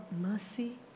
mercy